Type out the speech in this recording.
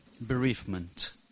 bereavement